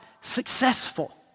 successful